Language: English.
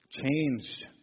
changed